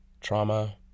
trauma